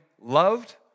loved